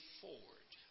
forward